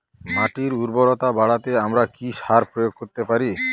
মাটির উর্বরতা বাড়াতে আমরা কি সার প্রয়োগ করতে পারি?